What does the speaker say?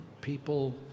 People